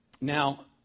Now